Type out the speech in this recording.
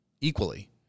equally